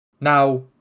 Now